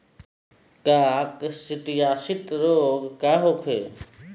काकसिडियासित रोग का होखे?